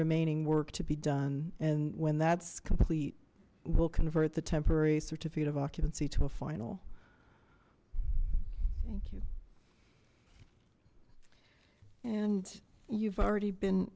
remaining work to be done and when that's complete will convert the temporary certificate of occupancy to a final and you've already been